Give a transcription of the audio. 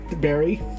Barry